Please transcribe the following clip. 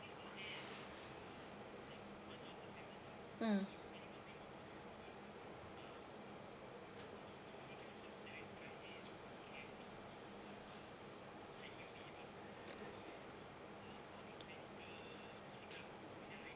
mm